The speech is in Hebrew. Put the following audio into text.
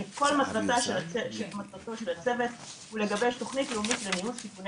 שכל מטרתו של הצוות הזה הוא לגבש תוכנית לאומית לסיכוני